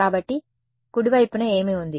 కాబట్టి కుడి వైపున ఏమి ఉంది